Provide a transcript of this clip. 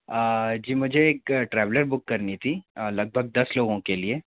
जी मुझे एक traveller book करनी थी लगभग दस लोगों के लिए